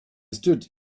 stood